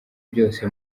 byose